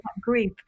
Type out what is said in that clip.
grief